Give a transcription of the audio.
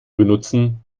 benutzen